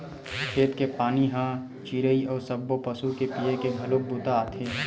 खेत के पानी ह चिरई अउ सब्बो पसु के पीए के घलोक बूता आथे